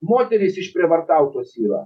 moterys išprievartautos yra